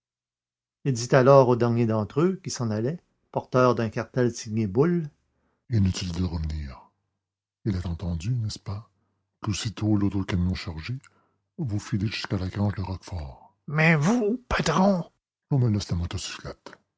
il dit alors au dernier d'entre eux qui s'en allait porteur d'un cartel signé boulle inutile de revenir il est entendu n'est-ce pas qu'aussitôt lauto camion chargé vous filez jusqu'à la grange de roquefort mais vous patron qu'on me laisse la motocyclette